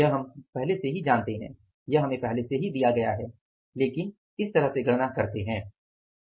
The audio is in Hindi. यह हमें पहले से ही दिया हुआ है लेकिन इस तरह से गणना करते हैं